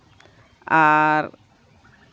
ᱟᱨ